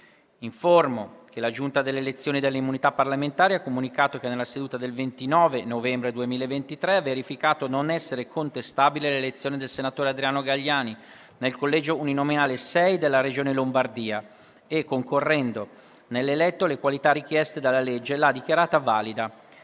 Informo che la Giunta delle elezioni e delle immunità parlamentari ha comunicato che, nella seduta del 29 novembre 2023, ha verificato non essere contestabile l'elezione del senatore Adriano Galliani nel collegio uninominale 6 della Regione Lombardia e, concorrendo nell'eletto le qualità richieste dalla legge, l'ha dichiarata valida.